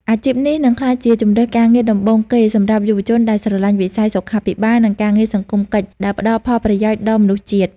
អាជីពនេះនឹងក្លាយជាជម្រើសការងារដំបូងគេសម្រាប់យុវជនដែលស្រឡាញ់វិស័យសុខាភិបាល និងការងារសង្គមកិច្ចដែលផ្តល់ផលប្រយោជន៍ដល់មនុស្សជាតិ។